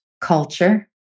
culture